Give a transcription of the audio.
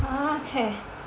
ah chey